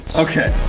ok.